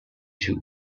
jew